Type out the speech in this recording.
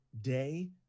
day